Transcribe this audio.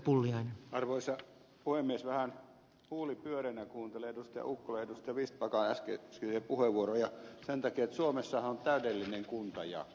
vähän huuli pyöreänä kuuntelin edustajien ukkola ja vistbacka äskeisiä puheenvuoroja sen takia että suomessahan on täydellinen kuntajako